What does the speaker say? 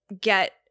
get